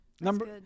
number